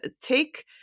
take